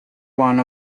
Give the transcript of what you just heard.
one